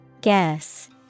Guess